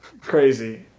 Crazy